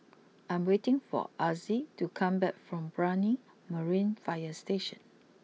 I am waiting for Azzie to come back from Brani Marine fire Station